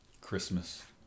Christmas